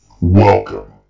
Welcome